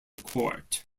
court